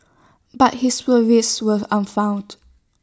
but his worries were an found